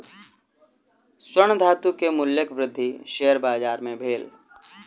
स्वर्ण धातु के मूल्यक वृद्धि शेयर बाजार मे भेल